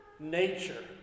nature